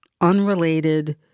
unrelated